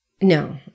no